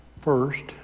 first